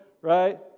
right